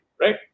Right